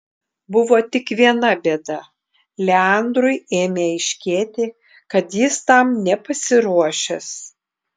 buvo tik viena bėda leandrui ėmė aiškėti kad jis tam nepasiruošęs